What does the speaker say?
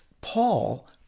Paul